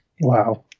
Wow